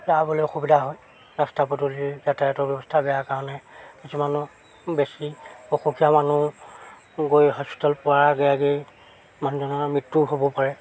যাবলৈ অসুবিধা হয় ৰাস্তা পদূলিৰ যাতায়তৰ ব্যৱস্থা বেয়া কাৰণে কিছুমান বেছি অসুখীয়া মানুহ গৈ হস্পিটেল পোৱা আগে আগেই মানুহজনৰ মৃত্যুও হ'ব পাৰে